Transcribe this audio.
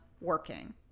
working